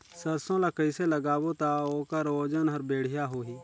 सरसो ला कइसे लगाबो ता ओकर ओजन हर बेडिया होही?